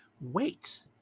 Wait